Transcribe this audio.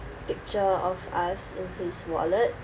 picture of us in his wallet